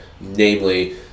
namely